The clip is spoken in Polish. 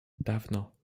dawno